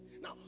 now